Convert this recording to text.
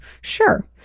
Sure